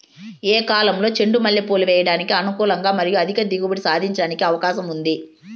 ఏ కాలంలో చెండు మల్లె పూలు వేయడానికి అనుకూలం మరియు అధిక దిగుబడి సాధించడానికి అవకాశం ఉంది?